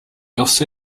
also